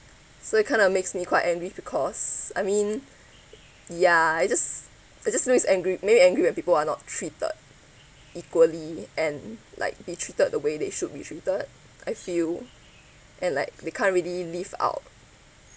so it kind of makes me quite angry because I mean ya it just it just makes angry make me angry when people are not treated equally and like be treated the way they should be treated I feel and like they can't really live out